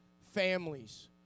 families